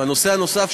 הנושא הנוסף,